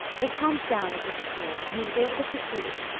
they calmed down at this appeal, and he was able to proceed.